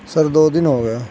سر دو دن ہو گئے